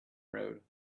road